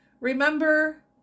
Remember